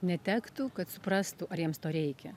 netektų kad suprastų ar jiems to reikia